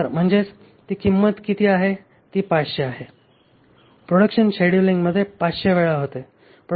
तर म्हणजेच ती किंमत किती आहे ती 500 आहे